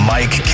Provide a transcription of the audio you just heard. Mike